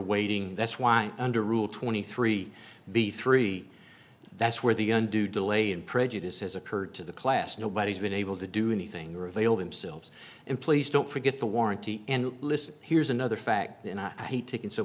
awaiting that's why under rule twenty three b three that's where the undue delay in prejudice has occurred to the class nobody's been able to do anything or avail themselves and please don't forget the warranty and listen here's another fact and i hate taken so